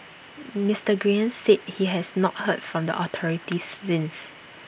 Mister Nguyen said he has not heard from the authorities since